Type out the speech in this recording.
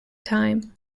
time